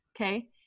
okay